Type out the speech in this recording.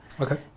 Okay